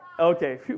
Okay